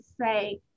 say